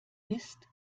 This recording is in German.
bist